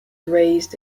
raised